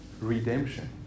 redemption